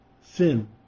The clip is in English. sin